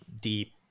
deep